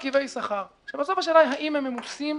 שכר ובסוף השאלה היא האם הם ממוסים.